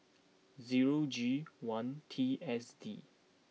zero G one T S D